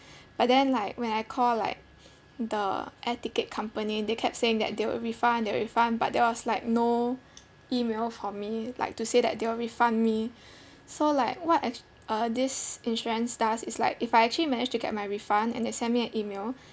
but then like when I call like the air ticket company they kept saying that they will refund they will refund but there was like no email for me like to say that they'll refund me so like what act~ uh this insurance does is like if I actually manage to get my refund and they send me an email